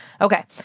Okay